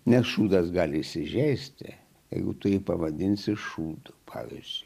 nešūdas gali įsižeisti jeigu tu jį pavadinsi šūdu pavyzdžiui